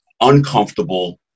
uncomfortable